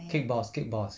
cake boss cake boss